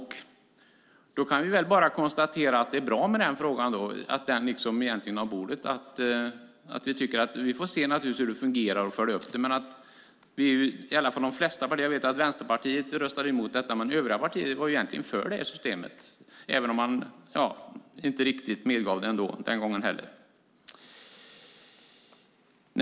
Då kan vi bara konstatera att det är bra att den frågan är på bordet och att vi naturligtvis får se hur det fungerar och följa upp det. Jag vet att Vänsterpartiet röstade emot detta. Men övriga partier var egentligen för detta system, även om de inte riktigt medgav det den gången heller.